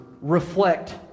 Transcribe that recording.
reflect